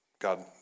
God